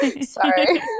Sorry